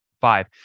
Five